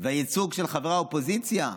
והייצוג של חברי האופוזיציה,